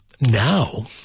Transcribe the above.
now